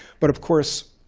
but of course,